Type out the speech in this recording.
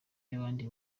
y’abandi